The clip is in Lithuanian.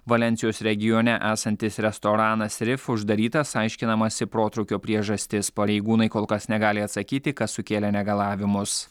valensijos regione esantis restoranas rif uždarytas aiškinamasi protrūkio priežastis pareigūnai kol kas negali atsakyti kas sukėlė negalavimus